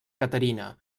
caterina